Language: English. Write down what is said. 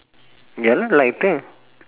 ya lighter